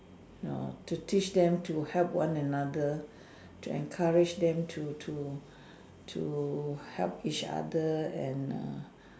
to teach them to help one another to encourage them to to to help each other and err